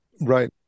Right